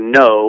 no